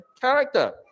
character